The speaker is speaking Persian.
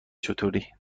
چطوری